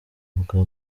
bwa